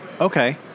Okay